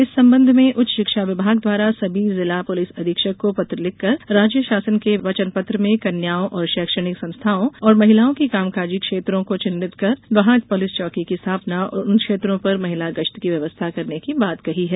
इस संबंध में उच्च शिक्षा विभाग द्वारा सभी जिला पुलिस अधीक्षक को पत्र लिखकर राज्य शासन के वचन पत्र में कन्याओं के शैक्षणिक संस्थाओं और महिलाओं की कामकाजी क्षेत्रों को चिन्हित कर वहाँ पुलिस चौकी की स्थापना और उन क्षेत्रों पर महिला गश्त की व्यवस्था करने की बात कही है